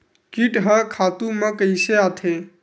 कीट ह खातु म कइसे आथे?